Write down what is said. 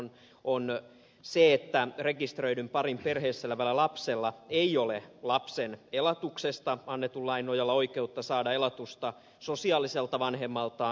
on ensinnäkin se että rekisteröidyn parin perheessä elävällä lapsella ei ole lapsen elatuksesta annetun lain nojalla oikeutta saada elatusta sosiaaliselta vanhemmaltaan